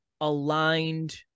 aligned